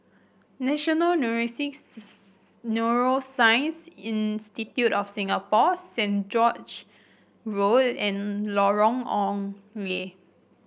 National Neurosix Neuroscience Institute of Singapore Saint George Road and Lorong Ong Lye